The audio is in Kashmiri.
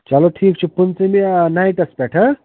چلو ٹھیٖک چھُ پٕنٛژٕہمہِ نایٹَس پٮ۪ٹھ